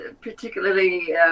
particularly